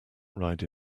ride